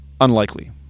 unlikely